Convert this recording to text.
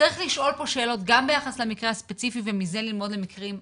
צריך לשאול פה שאלות גם ביחס למקרה הספציפי ומזה ללמוד למקרים אחרים,